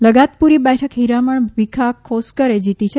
લગાતપૂરી બેઠક હિરામણ ભિખા ખોસકરએ જીતી છે